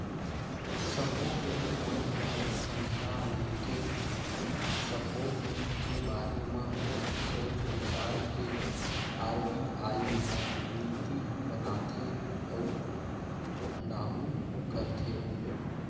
सब्बो बेंक मन ल संघरा लेके, सब्बो बेंक के बारे म सोच बिचार के आर.बी.आई ह नीति बनाथे अउ लागू करथे